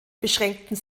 beschränkten